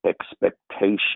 expectation